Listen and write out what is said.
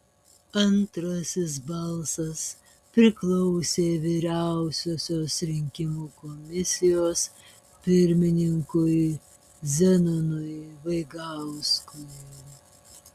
antrasis balsas priklausė vyriausiosios rinkimų komisijos pirmininkui zenonui vaigauskui